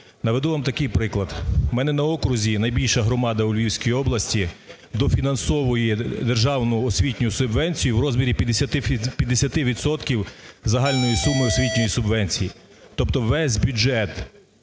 Наведу вам такий приклад. У мене на окрузі найбільша громада у Львівській областідофінансовує державну освітню субвенцію в розмірі 50 відсотків загальної суми освітньої субвенції. Тобто весь бюджет